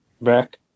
Back